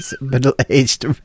middle-aged